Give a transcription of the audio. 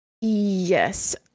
yes